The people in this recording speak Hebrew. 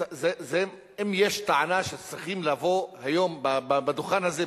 אם יש טענה שצריכים לבוא עמה היום בדוכן הזה,